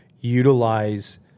utilize